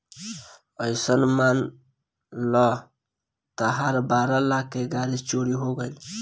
अइसन मान ल तहार बारह लाख के गाड़ी चोरी हो गइल